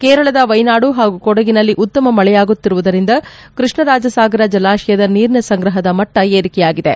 ಕೇರಳದ ವ್ಲೆನಾಡು ಹಾಗೂ ಕೊಡಗಿನಲ್ಲಿ ಉತ್ತಮ ಮಳೆಯಾಗುತ್ತಿರುವುದರಿಂದ ಕೃಷ್ಣರಾಜಸಾಗರ ಜಲಾಶಯದ ನೀರಿನ ಸಂಗ್ರಹದ ಮಟ್ಟ ಏರಿಕೆಯಾಗಿದೆ